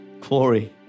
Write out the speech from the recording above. glory